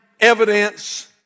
evidence